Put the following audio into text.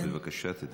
בבקשה, תדברי.